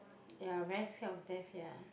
ya very scared of death ya